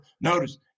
Notice